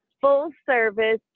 full-service